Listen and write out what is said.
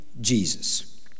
Jesus